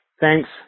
thanks